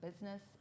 business